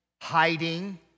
hiding